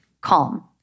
calm